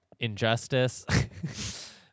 Injustice